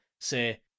say